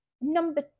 number